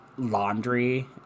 laundry